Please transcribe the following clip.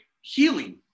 Healing